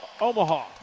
Omaha